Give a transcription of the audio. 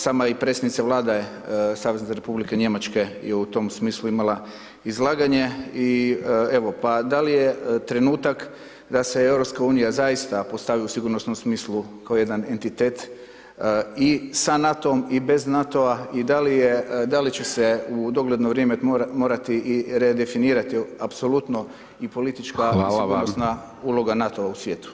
Sama i predsjednica Vlade Savezne Republike Njemačke je u tom smislu imala izlaganje i evo pada li je trenutak da se EU zaista postavi u sigurnosnu u smislu kao jedan entitet i sa NATO-om i bez NATO-a i da li će se u dogledno vrijeme morati i redefinirati apsolutno i politička i sigurnosna uloga NATO-a u svijetu?